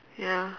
ya